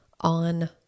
on